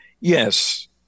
yes